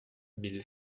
mille